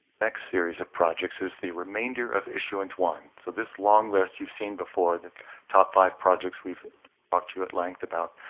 next series of projects is the remainder of issuance one. so this long list you've seen before. the top five projects we've talked to you at length about,